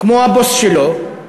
כמו הבוס שלו?